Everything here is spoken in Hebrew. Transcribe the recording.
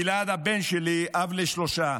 גלעד, הבן שלי, אב לשלושה,